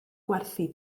gwerthu